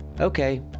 okay